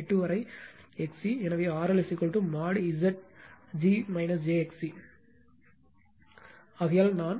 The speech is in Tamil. எனவே RL mod Zg j XC ஆகையால் நான்